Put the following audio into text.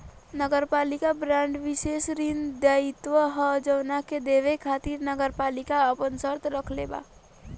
नगरपालिका बांड विशेष ऋण दायित्व ह जवना के देवे खातिर नगरपालिका आपन शर्त राखले बा